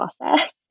process